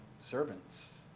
servants